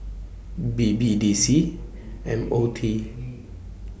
B B D C M O T